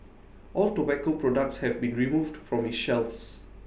all tobacco products have been removed from its shelves